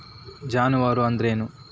ಜಾನುವಾರು ಅಂದ್ರೇನು?